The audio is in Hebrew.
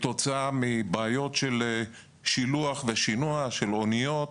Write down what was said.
כתוצאה מבעיות של שילוח ושינוע של אוניות,